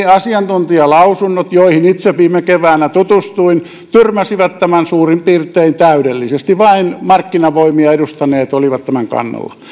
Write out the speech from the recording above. asiantuntijalausunnot joihin itse viime keväänä tutustuin tyrmäsivät tämän suurin piirtein täydellisesti vain markkinavoimia edustaneet olivat tämän kannalla